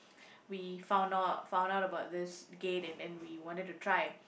we found out found out about this gate and then we wanted to try